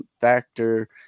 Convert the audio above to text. factor